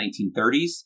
1930s